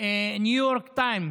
ניו יורק טיימס,